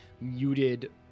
muted